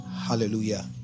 Hallelujah